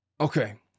Okay